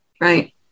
right